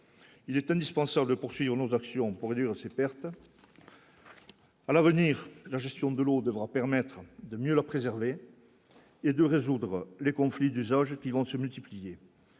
Il est indispensable de poursuivre nos actions pour réduire ses pertes à l'avenir, la gestion de l'eau devra permettre de mieux la préserver et de résoudre les conflits d'usages qui vont se multiplier,